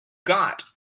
got